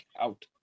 out